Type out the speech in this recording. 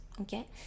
okay